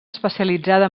especialitzada